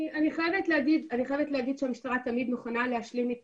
אני חייבת להגיד שהמשטרה תמיד מוכנה להשלים את